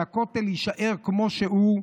שהכותל יישאר כמו שהוא,